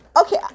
Okay